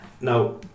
Now